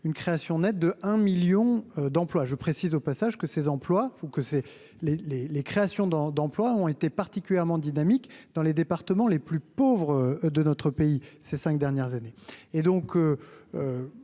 une création nette de 1 1000000 d'emplois je précise au passage que ces employes ou que c'est les, les, les créations d'en d'emploi ont été particulièrement dynamiques dans les départements les plus pauvres de notre pays, ces 5 dernières années